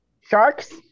sharks